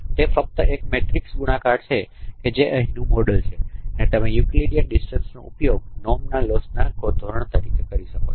તે ફક્ત એક મેટ્રિક્સ ગુણાકાર છે જે અહીંનું મોડેલ છે અને તમે યુકલિડિયન અંતરનો ઉપયોગ નોર્મના લોસના ધોરણ તરીકે કરી શકો છો